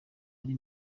ari